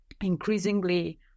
increasingly